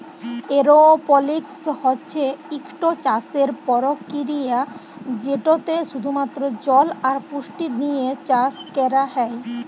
এরওপলিক্স হছে ইকট চাষের পরকিরিয়া যেটতে শুধুমাত্র জল আর পুষ্টি দিঁয়ে চাষ ক্যরা হ্যয়